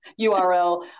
URL